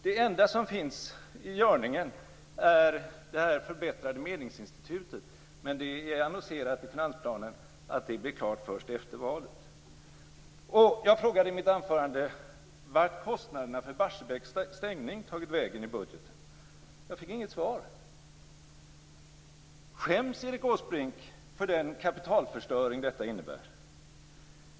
Det enda som är i görningen är det här förbättrade medlingsinstitutet. Men det är annonserat i finansplanen att det blir klart först efter valet. Jag frågade i mitt anförande vart kostnaderna för Barsebäcks stängning har tagit vägen i budgeten. Jag fick inget svar. Skäms Erik Åsbrink för den kapitalförstöring detta innebär?